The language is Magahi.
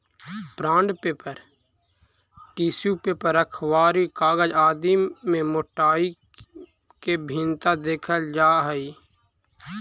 बॉण्ड पेपर, टिश्यू पेपर, अखबारी कागज आदि में मोटाई के भिन्नता देखल जा हई